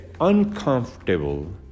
uncomfortable